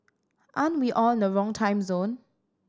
aren't we on the wrong time zone